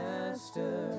Master